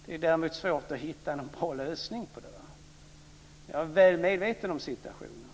Det är svårt att hitta någon bra lösning på det. Jag är väl medveten om situationen.